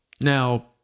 Now